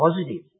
positive